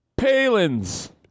Palins